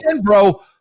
bro